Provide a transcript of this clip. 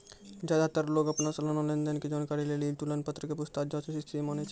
ज्यादातर लोग अपनो सलाना लेन देन के जानकारी लेली तुलन पत्र के पूछताछ जांच स्थिति मानै छै